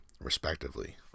Respectively